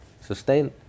sustain